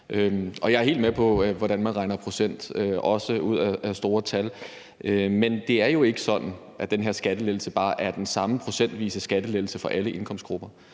Jeg er helt med på, hvordan man regner med procenter, også ud fra store tal. Men det er jo ikke sådan, at den her skattelettelse bare er den samme procentvise skattelettelse for alle indkomstgrupper.